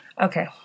Okay